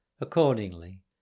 accordingly